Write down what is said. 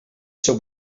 seu